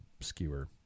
skewer